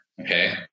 Okay